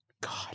God